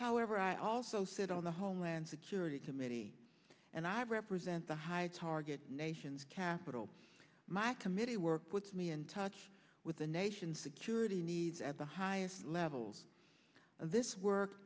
however i also sit on the homeland security committee and i represent the high target nation's capital my committee work puts me in touch with the nation's security needs at the highest levels of this work